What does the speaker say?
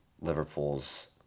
Liverpool's